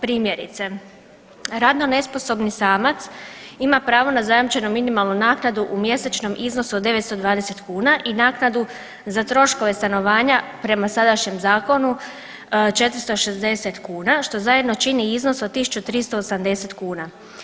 Primjerice, radno nesposobni samac ima pravo na zajamčenu minimalnu naknadu u mjesečnom iznosu od 920 kuna i naknadu za troškove stanovanja prema sadašnjem zakonu 460 kuna, što zajedno čini iznos od 1.380 kuna.